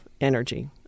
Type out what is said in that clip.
energy